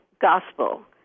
Gospel